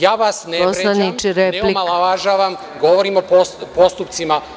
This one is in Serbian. Ja vas ne vređam, ne omalovažavam, govorim o postupcima.